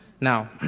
Now